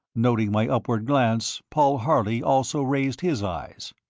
noting my upward glance, paul harley also raised his eyes.